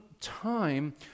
time